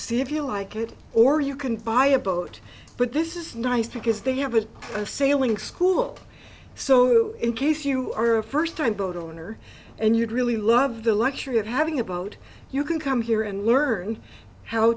see if you like it or you can buy a boat but this is nice because they have a sailing school so in case you are a first time boat owner and you'd really love the luxury of having a boat you can come here and learn how